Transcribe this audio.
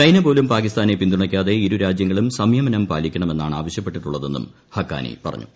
China പോലും പാകിസ്ഥാനെ പിന്തുണയ്ക്കാതെ ഇരുരാജ്യങ്ങളും സംയമനം പാലിക്കണമെന്നാണ് ആവശ്യപ്പെട്ടിട്ടുള്ളതെന്നും ഹഖാനി പറഞ്ഞു